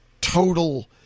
total